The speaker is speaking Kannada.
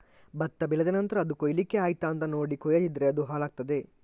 ಭತ್ತ ಬೆಳೆದ ನಂತ್ರ ಅದು ಕೊಯ್ಲಿಕ್ಕೆ ಆಯ್ತಾ ಅಂತ ನೋಡಿ ಕೊಯ್ಯದಿದ್ರೆ ಅದು ಹಾಳಾಗ್ತಾದೆ